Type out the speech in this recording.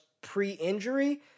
pre-injury